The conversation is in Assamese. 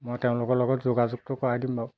মই তেওঁলোকৰ লগত যোগাযোগটো কৰাই দিম বাৰু